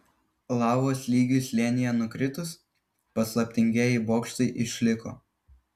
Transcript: lavos lygiui slėnyje nukritus paslaptingieji bokštai išliko